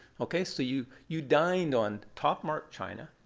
ok, so you you dined on top marked china,